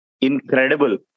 incredible